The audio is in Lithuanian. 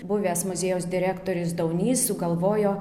buvęs muziejaus direktorius daunys sugalvojo